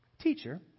Teacher